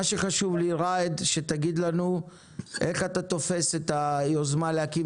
חשוב לנו שתגיד איך אתה תופס את היוזמה להקים